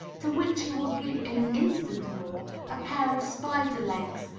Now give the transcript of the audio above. to which he will give in an instant more a pair of spider legs,